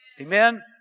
Amen